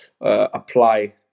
apply